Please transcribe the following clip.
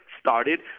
started